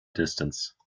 distance